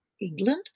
England